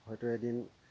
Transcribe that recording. হয়তো এদিন